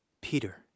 Peter